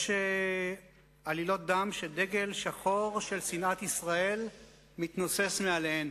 יש עלילות דם שדגל שחור של שנאת ישראל מתנוסס מעליהן.